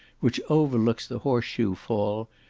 which overlooks the horse-shoe fall,